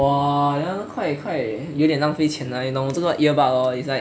!wah! then quite quite 有点浪费钱 lah 你懂我这个 earbud is like